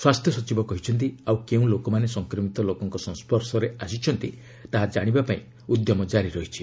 ସ୍ୱାସ୍ଥ୍ୟ ସଚିବ କହିଛନ୍ତି ଆଉ କେଉଁ ଲୋକମାନେ ସଂକ୍ରମିତ ଲୋକଙ୍କ ସଂସ୍ୱର୍ଶରେ ଆସିଛନ୍ତି ତାହା ଜାଶିବାପାଇଁ ଉଦ୍ୟମ କାରି ରହିଛି